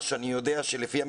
לפי מה